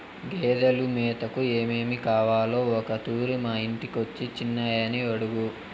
గేదెలు మేతకు ఏమేమి కావాలో ఒకతూరి మా ఇంటికొచ్చి చిన్నయని అడుగు